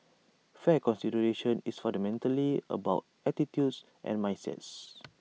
fair consideration is fundamentally about attitudes and mindsets